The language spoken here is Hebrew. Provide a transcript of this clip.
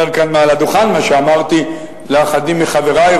כאן מעל הדוכן מה שאמרתי לאחדים מחברי,